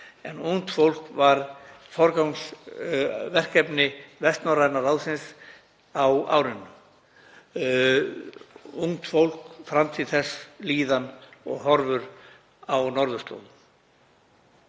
en ungt fólk var forgangsverkefni Vestnorræna ráðsins á árinu, ungt fólk, framtíð þess, líðan og horfur á norðurslóðum.